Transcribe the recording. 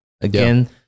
Again